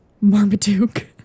Marmaduke